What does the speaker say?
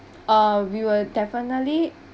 uh we will definitely